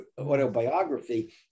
autobiography